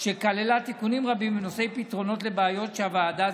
וכוללת תיקונים רבים בנושאי פתרונות לבעיות שהוועדה